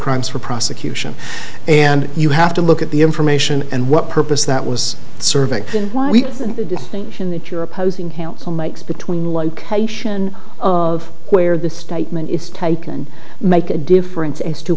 crimes for prosecution and you have to look at the information and what purpose that was serving in distinction that you're opposing him so makes between location of where the statement is taken make a difference as to